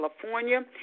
California